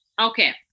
Okay